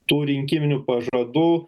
tų rinkiminių pažadų